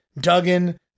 Duggan